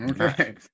Okay